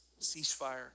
ceasefire